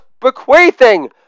bequeathing